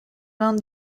l’un